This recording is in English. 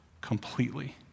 completely